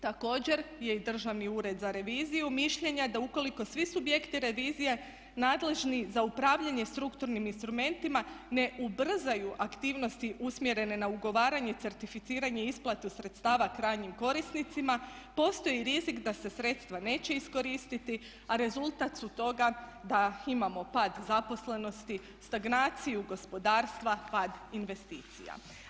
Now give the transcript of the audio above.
Također je i Državni ured za reviziju mišljenja da ukoliko svi subjekti revizije nadležni za upravljanje strukturnim instrumentima ne ubrzaju aktivnosti usmjerene na ugovaranje, certificiranje i isplatu sredstava krajnjim korisnicima postoji rizik da se sredstva neće iskoristiti a rezultat su toga da imamo pad zaposlenosti, stagnaciju u gospodarstvu, pad investicija.